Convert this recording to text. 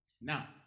Now